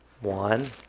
One